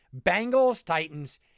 Bengals-Titans